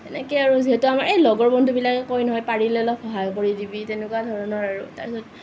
এনেকৈ আৰু যিহেতু আমাৰ এ লগৰ বন্ধুবিলাকে কয় নহয় পাৰিলে অলপ সহায় কৰি দিবি তেনেকুৱা ধৰণৰ আৰু তাৰপিছত